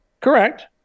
Correct